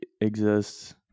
exists